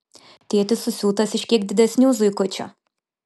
tėtis susiūtas iš kiek didesnių zuikučių